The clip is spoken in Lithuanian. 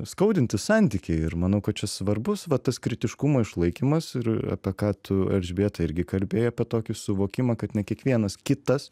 skaudinti santykį ir manau kad čia svarbus va tas kritiškumo išlaikymas ir apie ką tu elžbieta irgi kalbėjai apie tokį suvokimą kad ne kiekvienas kitas